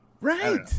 right